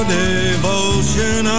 devotion